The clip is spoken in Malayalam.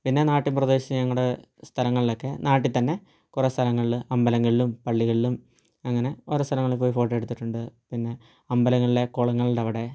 പിന്നെ നാട്ടിൻ പ്രദേശം നമ്മുടെ സ്ഥലങ്ങളിലൊക്കെ നാട്ടിൽ തന്നെ കുറെ സ്ഥലങ്ങളിൽ അമ്പലങ്ങളിലും പള്ളികളിലും അങ്ങനെ ഓരോ സ്ഥലങ്ങളിൽ പോയി ഫോട്ടോ എടുത്തിട്ടുണ്ട് പിന്നെ അമ്പലങ്ങളിലെ കുളങ്ങളുടെ അവിടെ